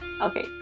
Okay